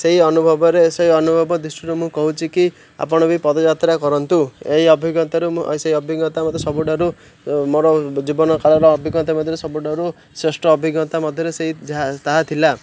ସେଇ ଅନୁଭବରେ ସେଇ ଅନୁଭବ ଦୃଷ୍ଟିରୁ ମୁଁ କହୁଛି କି ଆପଣ ବି ପଦଯାତ୍ରା କରନ୍ତୁ ଏହି ଅଭିଜ୍ଞତାରୁ ମୁଁ ସେଇ ଅଭିଜ୍ଞତା ସବୁଠାରୁ ମୋର ଜୀବନ କାଳର ଅଭିଜ୍ଞତା ମଧ୍ୟରେ ସବୁଠାରୁ ଶ୍ରେଷ୍ଠ ଅଭିଜ୍ଞତା ମଧ୍ୟରେ ସେଇ ତାହା ଥିଲା